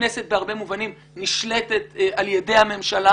הכנסת בהרבה מובנים נשלטת על ידי הממשלה